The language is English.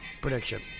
prediction